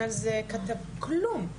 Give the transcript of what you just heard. כלום.